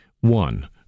One